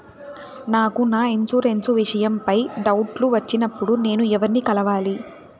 నాకు నా ఇన్సూరెన్సు విషయం పై డౌట్లు వచ్చినప్పుడు నేను ఎవర్ని కలవాలి?